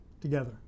together